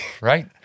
Right